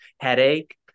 headache